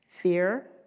fear